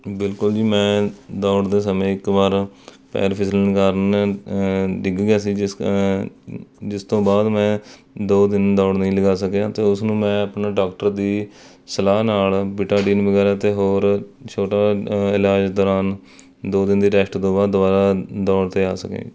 ਬਿਲਕੁਲ ਜੀ ਮੈਂ ਦੌੜਦੇ ਸਮੇਂ ਇੱਕ ਵਾਰ ਪੈਰ ਫਿਸਲਣ ਕਾਰਨ ਡਿੱਗ ਗਿਆ ਸੀ ਜਿਸ ਜਿਸ ਤੋਂ ਬਾਅਦ ਮੈਂ ਦੋ ਦਿਨ ਦੌੜ ਨਹੀਂ ਲਗਾ ਸਕਿਆ ਅਤੇ ਉਸ ਨੂੰ ਮੈਂ ਆਪਣਾ ਡੋਕਟਰ ਦੀ ਸਲਾਹ ਨਾਲ ਬੀਟਾਡੀਨ ਵਗੈਰਾ ਅਤੇ ਹੋਰ ਛੋਟਾ ਇਲਾਜ ਦੌਰਾਨ ਦੋ ਦਿਨ ਦੀ ਰੈਸਟ ਤੋਂ ਬਾਅਦ ਦੁਬਾਰਾ ਦੌੜ 'ਤੇ ਆ ਸਕਿਆ